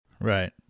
Right